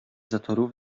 zatorów